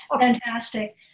fantastic